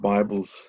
Bibles